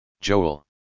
Joel